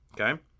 Okay